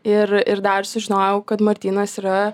ir ir dar sužinojau kad martynas yra